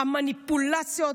המניפולציות,